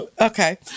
Okay